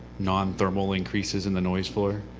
non-thermal increases in the noise floor?